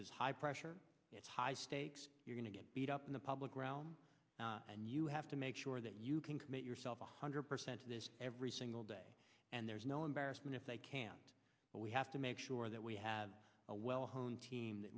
is high pressure it's high stakes you're going to get beat up in the public realm and you have to make sure that you can commit yourself one hundred percent to this every single day and there's no embarrassment if they can't but we have to make sure that we have a well honed team that